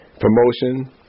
promotion